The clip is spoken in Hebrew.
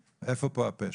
איפה פה הפשע?